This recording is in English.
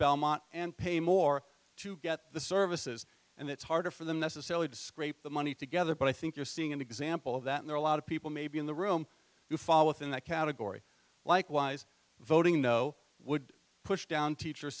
belmont and pay more to get the services and it's harder for them necessarily to scrape the money together but i think you're seeing an example of that there are a lot of people maybe in the room who fall within that category likewise voting no would push down teacher